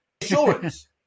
insurance